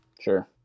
sure